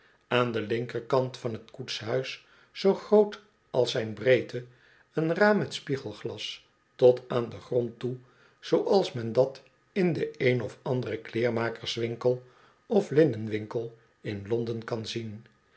aan den linkerkant van t koetshuis zoo groot als zijn breedte een raam met spiegelglas tot aan den grond toe zooals men dat in den een of anderen kleermakerswinkel of linnenwinkelin londen kan zien